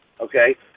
okay